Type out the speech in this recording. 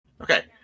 Okay